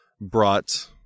brought